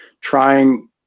trying